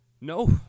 No